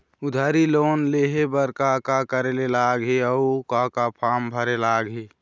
उधारी लोन लेहे बर का का करे लगही अऊ का का फार्म भरे लगही?